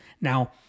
Now